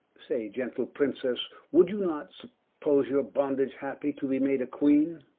say gentle princesse, would you not suppose your bondage happy, to be made a queene?